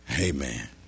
Amen